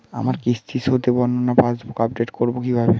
আমার কিস্তি শোধে বর্ণনা পাসবুক আপডেট করব কিভাবে?